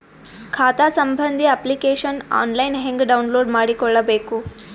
ಖಾತಾ ಸಂಬಂಧಿ application online ಹೆಂಗ್ ಡೌನ್ಲೋಡ್ ಮಾಡಿಕೊಳ್ಳಬೇಕು?